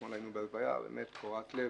אתמול היינו בלוויה קורעת לב,